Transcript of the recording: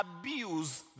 abuse